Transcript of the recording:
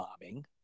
bombing